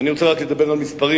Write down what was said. ואני רוצה רק לדבר על מספרים,